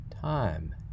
time